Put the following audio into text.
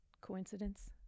coincidence